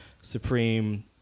Supreme